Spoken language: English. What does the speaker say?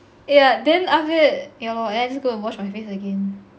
yeah then after that yeah lor I just go and wash my face again